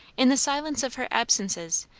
in the silence of her absences,